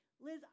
Liz